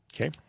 Okay